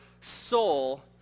soul